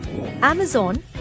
Amazon